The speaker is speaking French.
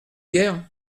hier